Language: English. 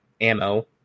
ammo